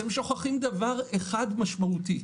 אתם שוכחים דבר אחד משמעותי,